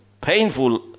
painful